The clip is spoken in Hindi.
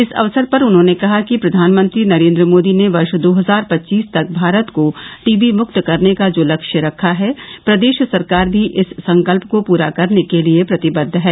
इस अवसर पर उन्होंने कहा कि प्रधानमंत्री नरेन्द्र मोदी ने वर्ष दो हजार पच्चीस तक भारत को टीबी मुक्त करने का जो लक्ष्य रखा है प्रदेश सरकार भी इस संकल्प को पूरा करने के लिये प्रतिबद्व है